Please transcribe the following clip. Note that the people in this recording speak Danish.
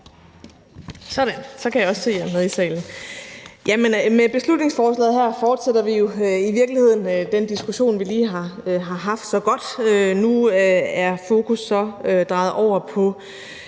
Social- og ældreministeren (Astrid Krag): Med beslutningsforslaget her fortsætter vi jo i virkeligheden den diskussion, som vi lige har haft så godt. Nu er fokus så drejet over på